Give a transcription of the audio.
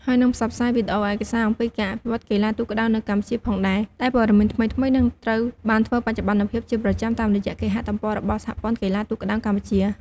ហើយនឺងផ្សព្វផ្សាយវីដេអូឯកសារអំពីការអភិវឌ្ឍន៍កីឡាទូកក្ដោងនៅកម្ពុជាផងដែរ ដែលព័ត៌មានថ្មីៗនឹងត្រូវបានធ្វើបច្ចុប្បន្នភាពជាប្រចាំតាមរយៈគេហទំព័ររបស់ សហព័ន្ធកីឡាទូកក្ដោងកម្ពុជា។